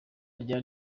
rya